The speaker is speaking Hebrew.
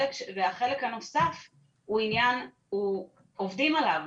והחלק הנוסף הוא עניין, עובדים עליו.